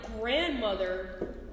grandmother